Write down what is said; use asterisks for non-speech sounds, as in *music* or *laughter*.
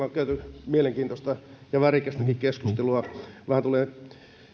*unintelligible* on käyty mielenkiintoista ja värikästäkin keskustelua vähän tulee